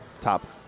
top